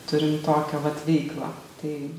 turim tokią vat veiklą tai